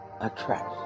attraction